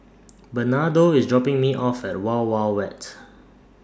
Bernardo IS dropping Me off At Wild Wild Wet